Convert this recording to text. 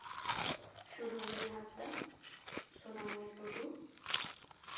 Surubali Hansda Sonamuni Tudu